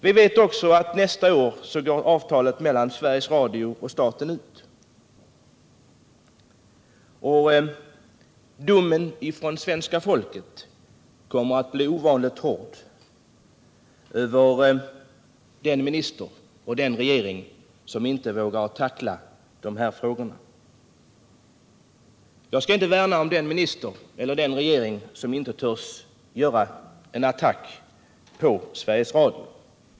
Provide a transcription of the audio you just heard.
Vi vet att avtalet mellan Sveriges Radio och staten går ut nästa år. Svenska folkets dom kommer att bli ovanligt hård över den minister och den regering som inte vågar tackla de här frågorna. Jag skall inte värna om den minister eller den regering som inte törs göra en attack på Sveriges Radio.